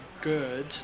good